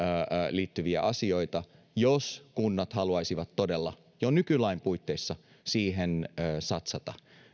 kaltaisia asioita jos kunnat haluaisivat todella jo nykylain puitteissa siihen satsata